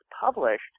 published